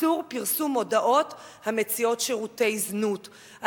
איסור פרסום מודעות המציעות שירותי זנות.